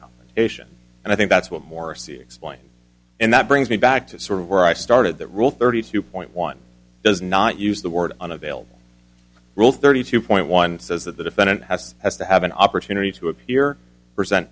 ation and i think that's what morsi explained and that brings me back to sort of where i started that rule thirty two point one does not use the word unavailable rule thirty two point one says that the defendant has has to have an opportunity to appear present